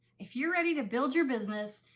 if you're ready to build your business,